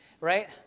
right